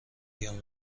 بیام